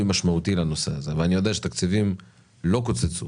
משמעותי לנושא הזה ואני יודע שתקציבים לא קוצצו